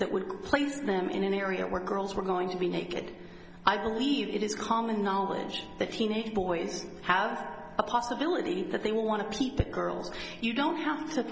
that would place them in an area where girls were going to be naked i believe it is common knowledge that teenage boys have a possibility that they want to keep the girls you don't have to